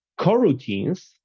coroutines